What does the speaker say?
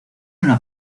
una